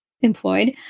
employed